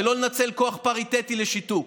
ולא לנצל כוח פריטטי לשיתוק.